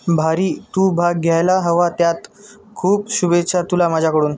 भारी तू भाग घ्यायला हवा त्यात खूप शुभेच्छा तुला माझ्याकडून